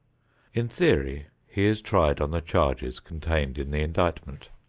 in theory he is tried on the charges contained in the indictment.